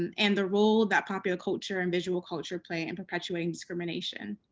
and and the role that popular culture and visual culture play in perpetuating discrimination.